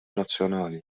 nazzjonali